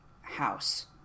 house